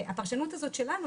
הפרשנות שלנו,